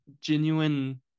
genuine